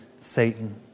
Satan